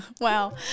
Wow